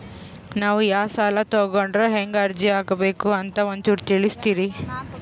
ನಾವು ಯಾ ಸಾಲ ತೊಗೊಂಡ್ರ ಹೆಂಗ ಅರ್ಜಿ ಹಾಕಬೇಕು ಅಂತ ಒಂಚೂರು ತಿಳಿಸ್ತೀರಿ?